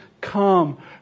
come